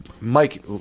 mike